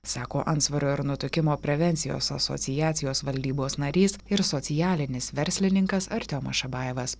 sako antsvorio ir nutukimo prevencijos asociacijos valdybos narys ir socialinis verslininkas artiomas šabajevas